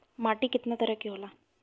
माटी केतना तरह के होला?